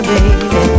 Baby